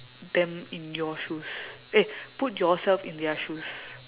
them in your shoes eh put yourself in their shoes